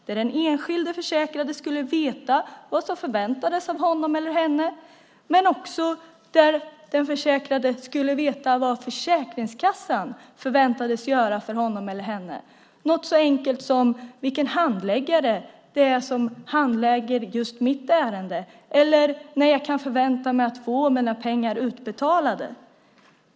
Den enskilde försäkrade skulle veta vad som förväntades av honom eller henne, men också vad Försäkringskassan förväntades göra för honom eller henne. Det kan gälla något så enkelt som vilken handläggare det är som handlägger just mitt ärende eller när jag kan förvänta mig att få mina pengar utbetalade.